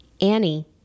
Annie